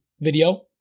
video